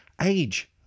age